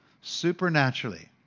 supernaturally